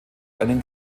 einen